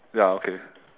ya okay